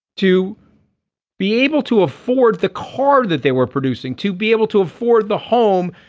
to be able to afford the car that they were producing to be able to afford the home.